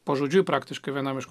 pažodžiui praktiškai vienam iš